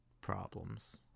problems